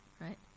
right